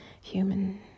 human